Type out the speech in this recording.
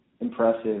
impressive